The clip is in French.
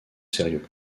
sérieux